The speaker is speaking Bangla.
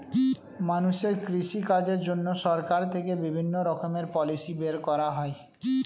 মানুষের কৃষি কাজের জন্য সরকার থেকে বিভিন্ন রকমের পলিসি বের করা হয়